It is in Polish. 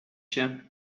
się